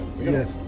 Yes